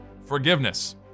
Forgiveness